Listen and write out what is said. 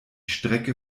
strecke